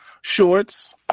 shorts